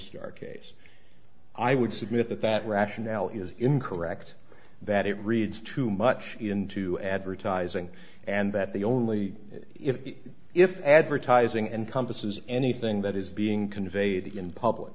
star case i would submit that that rationale is incorrect that it reads too much into advertising and that the only if the if advertising encompasses anything that is being conveyed in public